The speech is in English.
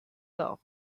thought